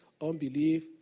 unbelief